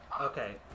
Okay